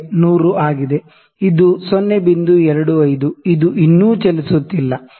25 ಇದು ಇನ್ನೂ ಚಲಿಸುತ್ತಿಲ್ಲ ನಾನು ಅದನ್ನು ತೆಗೆಯುತ್ತೇನೆ